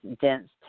dense